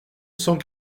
cent